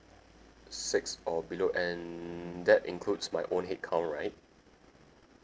six or below and that includes my own headcount right